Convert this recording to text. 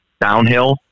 downhill